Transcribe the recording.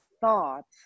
thoughts